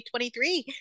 2023